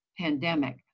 pandemic